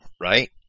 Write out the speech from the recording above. right